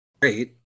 great